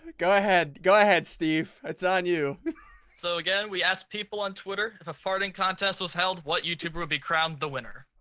go ahead. go ahead steve it's on you so again. we ask people on twitter the ah farting contest was held what youtuber would be crowned the winner?